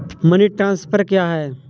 Money transfer क्या है?